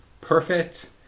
perfect